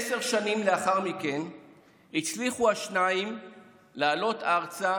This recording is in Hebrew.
עשר שנים לאחר מכן הצליחו השניים לעלות ארצה